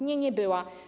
Nie, nie była.